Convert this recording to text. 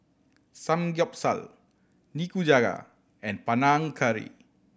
Samgyeopsal Nikujaga and Panang Curry